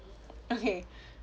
okay